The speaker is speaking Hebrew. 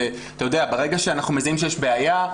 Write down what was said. ברגע שאנחנו מזהים שיש בעיה,